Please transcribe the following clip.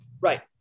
Right